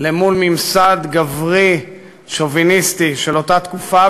מול הממסד הגברי השוביניסטי של אותה תקופה,